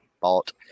bought